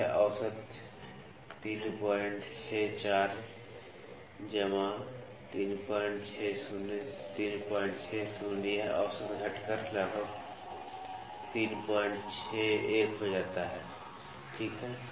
तो यह औसत ३६४ जमा ३६० ३६० यह औसत घटकर लगभग ३६१ हो जाता है ठीक है